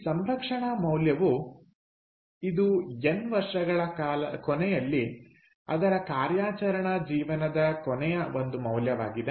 ಈ ಸಂರಕ್ಷಣಾ ಮೌಲ್ಯವು ಇದು ಎನ್ ವರ್ಷಗಳ ಕೊನೆಯಲ್ಲಿ ಅದರ ಕಾರ್ಯಾಚರಣಾ ಜೀವನದ ಕೊನೆಯ ಒಂದು ಮೌಲ್ಯವಾಗಿದೆ